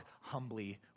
humbly